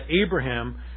Abraham